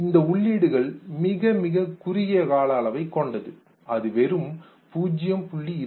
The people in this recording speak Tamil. இந்த உள்ளீடுகள் மிக மிகக் குறுகிய கால அளவைக் கொண்டது அது வெறும் 0